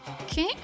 Okay